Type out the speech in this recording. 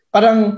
Parang